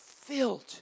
filled